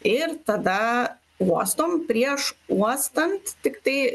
ir tada uostom prieš uostant tiktai